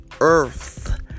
earth